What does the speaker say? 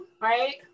right